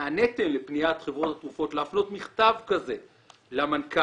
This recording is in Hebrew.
נעניתם לפניית חברות התרופות להפנות מכתב כזה למנכ"ל,